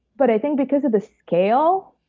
but i think because of the scale,